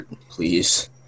Please